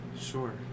Sure